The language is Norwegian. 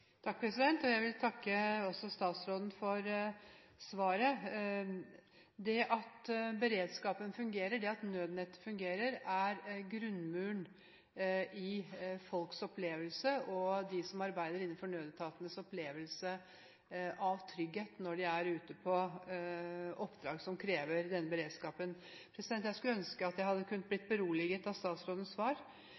Jeg vil takke statsråden for svaret. Det at beredskapen fungerer, det at nødnettet fungerer, er grunnmuren når det gjelder opplevelse av trygghet for folk og for dem som arbeider innenfor nødetaten når de er ute på oppdrag som krever denne beredskapen. Jeg skulle ønske at jeg hadde kunnet